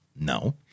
no